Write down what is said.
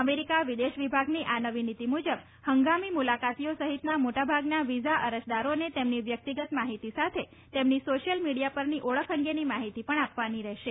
America વિદેશ વિભાગની આ નવી નીતિ મુજબ હંગામી મુલાકાતીઓ સહિતના મોટાભાગના વિઝા અરજીદારોને તેમની વ્યક્તિગત માહિતી સાથે તેમની સોશિયલ મીડિયા પરનો ઓળખ અંગે માહિતી પણ આપવાની રહેશે